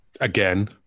Again